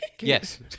yes